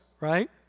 right